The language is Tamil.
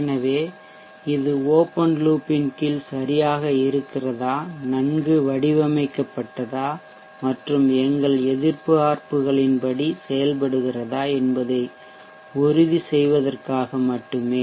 எனவே இது ஓப்பன் லூப் இன் கீழ் சரியாக இருக்கிறதா நன்கு வடிவமைக்கப்பட்டதா மற்றும் எங்கள் எதிர்பார்ப்புகளின்படி செயல்படுகிறதா என்பதை உறுதி செய்வதற்காக மட்டுமே